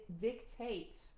dictates